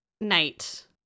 Night